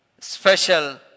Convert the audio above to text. Special